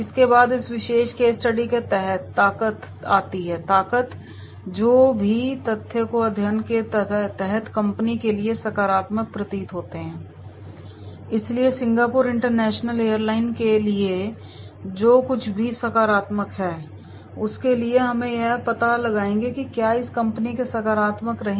इसके बाद इस विशेष केस स्टडी के तहत ताकत ताकत आती है जो भी तथ्य जो अध्ययन के तहत कंपनी के लिए सकारात्मक प्रतीत होते हैं इसलिए सिंगापुर इंटरनेशनल एयरलाइन के लिए जो कुछ भी सकारात्मक है उसके लिए हम यह पता लगाएंगे कि क्या है इस कंपनी के लिए सकारात्मक रहें